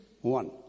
one